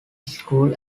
school